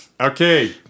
Okay